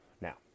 Now